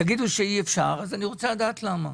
תגידו שאי אפשר, אז אני רוצה לדעת למה.